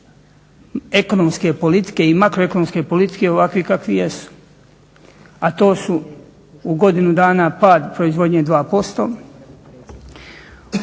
ekonomske i makroekonomske politike ovakvi kakvi jesu, a to su u godinu dana pada proizvodnje 2%.